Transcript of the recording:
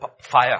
fire